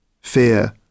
fear